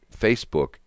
Facebook